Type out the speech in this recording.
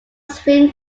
swim